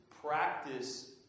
practice